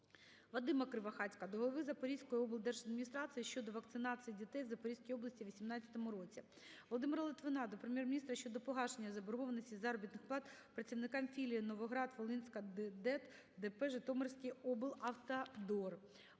ВадимаКривохатька до голови Запорізької облдержадміністрації щодо вакцинації дітей в Запорізькій області у 18-му році. Володимира Литвина до Прем'єр-міністра щодо погашення заборгованості із заробітних плат працівникам філії "Новоград-Волинська ДЕД" ДП "Житомирський облавтодор".